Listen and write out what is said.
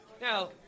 Now